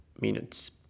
minutes